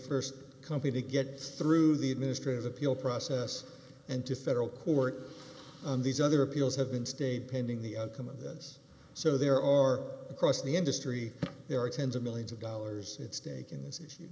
st company to get through the administrators appeal process and to federal court and these other appeals have been stayed pending the outcome of this so there are across the industry there are tens of millions of dollars at stake in this issue